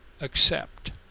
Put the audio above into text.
accept